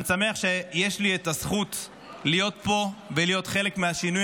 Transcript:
אני שמח שיש לי את הזכות להיות פה ולהיות חלק מהשינוי